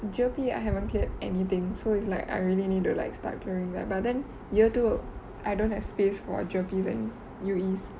jerpy I haven't cleared anything so it's like I really need to like start doing that but then year two I don't have space for jerpies and U_E's